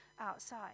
outside